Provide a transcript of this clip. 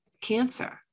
cancer